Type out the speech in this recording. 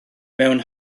mewn